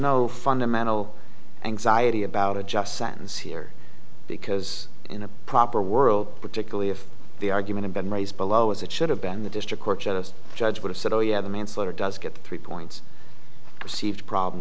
no fundamental anxiety about a just sentence here because in a proper world particularly if the argument i've been raised below is it should have been the district court judge would've said oh yeah the manslaughter does get three points perceived problem